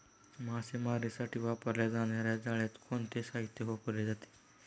मासेमारीसाठी वापरल्या जाणार्या जाळ्यात कोणते साहित्य वापरले जाते?